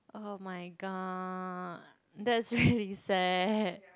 oh my god that's really sad